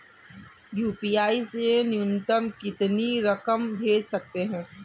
UPI से न्यूनतम कितनी रकम भेज सकते हैं?